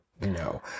No